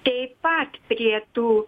taip pat prie tų